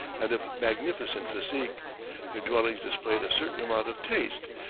and of magnificent physique their dwellings displayed a certain amount of taste,